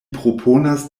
proponas